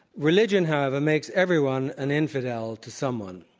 religion, however, makes everyone an infidel to someone.